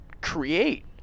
create